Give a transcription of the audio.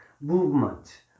Movement